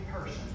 person